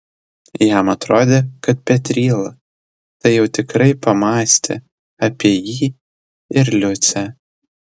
jam atrodė kad petryla tai jau tikrai pamąstė apie jį ir liucę